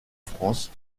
france